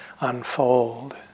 unfold